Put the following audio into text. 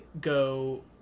go